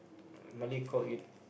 Malay call it